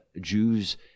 Jews